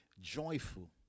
joyful